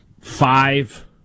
five